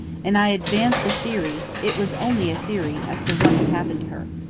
and i advanced a theory it was only a theory as to what had happened to her.